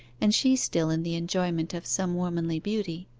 and she still in the enjoyment of some womanly beauty,